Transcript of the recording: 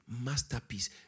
masterpiece